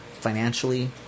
financially